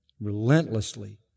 relentlessly